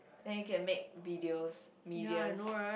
then you can make videos medias